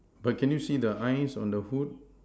but can you see the eyes on the Hood